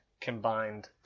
combined